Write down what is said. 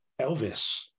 Elvis